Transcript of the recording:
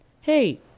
hey